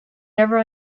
never